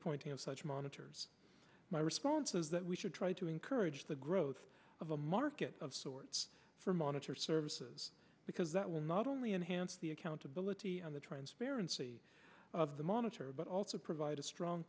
appointing of such monitors my response is that we should try to encourage the growth of a market of sorts for monitor services because that will not only enhance the accountability on the transparency of the monitor but also provide a strong